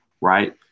right